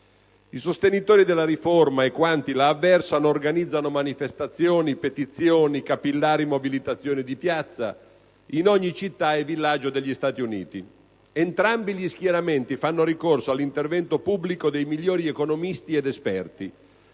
I sostenitori della riforma e quanti la avversano organizzano manifestazioni, petizioni, capillari mobilitazioni di piazza in ogni città e villaggio degli Stati Uniti. Entrambi gli schieramenti fanno ricorso all'intervento pubblico dei migliori economisti ed esperti;